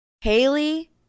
Haley